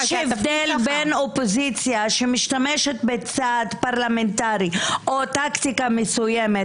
אופוזיציה משתמשת בצעד פרלמנטרי או טקטיקה מסוימת